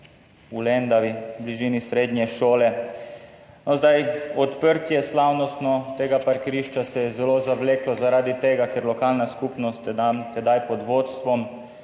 v Lendavi v bližini srednje šole. No, zdaj se je slavnostno odprtje tega parkirišča zelo zavleklo zaradi tega, ker lokalna skupnost, tedaj pod vodstvom